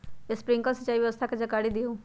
Sprinkler सिंचाई व्यवस्था के जाकारी दिऔ?